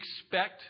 expect